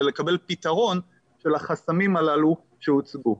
אלא לקבל פתרון של החסמים הללו שהוצגו.